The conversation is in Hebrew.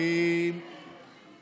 ההערה נכונה, אין שמות של חברי כנסת.